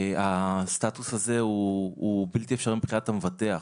הסטטוס הזה הוא בלתי אפשרי מבחינת המבטח.